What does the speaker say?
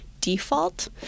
default